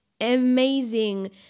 amazing